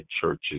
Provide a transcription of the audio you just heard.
churches